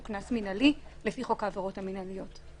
קנס מינהלי לפי חוק העבירות המינהליות.